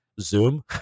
zoom